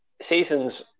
seasons